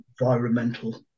environmental